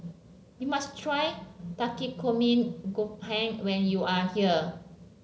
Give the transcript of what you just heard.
you must try Takikomi Gohan when you are here